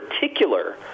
particular